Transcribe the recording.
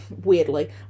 weirdly